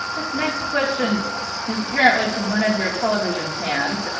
this next question is apparently from one of your television fans.